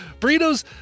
Burritos